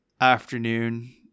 afternoon